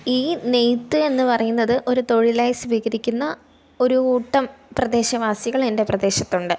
ഈ നെയ്ത്ത് എന്നു പറയുന്നത് ഒരു തൊഴിലായി സ്വീകരിക്കുന്ന ഒരു കൂട്ടം പ്രദേശവാസികൾ എൻ്റെ പ്രദേശത്തുണ്ട്